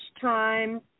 time